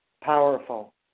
powerful